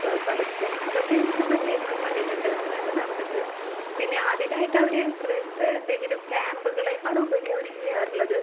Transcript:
പഠിത്തം അതൊക്കെ നമ്മൾ ചെയ്യുന്നതു കണ്ടിട്ടുണ്ട് അങ്ങനെയൊക്കെ നടത്തുന്നുണ്ട് പിന്നെ അതിനായിട്ടവർ പ്രദേശത്ത് എന്തെങ്കിലും ക്യാമ്പുകളേക്കാളുപരി അവർ ചെയ്യാറുള്ളത്